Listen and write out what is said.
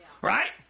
Right